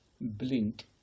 blink